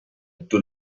tutto